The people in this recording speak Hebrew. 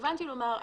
התכוונתי לומר,